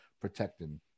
protecting